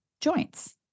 joints